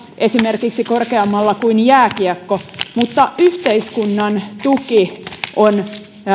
esimerkiksi korkeammalla kuin jääkiekko mutta yhteiskunnan tuki on